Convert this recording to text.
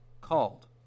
called